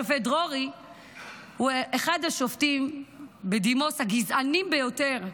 השופט דרורי הוא אחד השופטים בדימוס הגזענים ביותר.